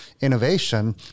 innovation